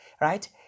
Right